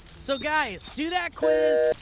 so guys, do that quiz,